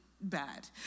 bad